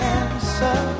answer